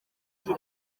iki